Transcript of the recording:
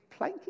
Planky